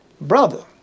Brother